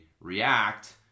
react